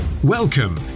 Welcome